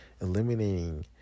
eliminating